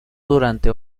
durante